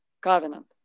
covenant